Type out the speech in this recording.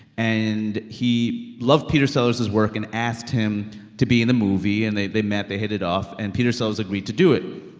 and he loved peter sellers' work and asked him to be in the movie. and they they met. they hit it off. and peter sellers agreed to do it.